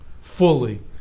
fully